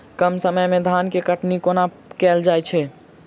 कम समय मे धान केँ कटनी कोना कैल जाय छै?